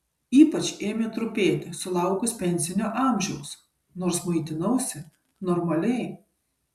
ypač ėmė trupėti sulaukus pensinio amžiaus nors maitinausi normaliai